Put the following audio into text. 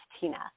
Tina